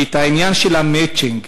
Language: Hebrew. העניין של המצ'ינג,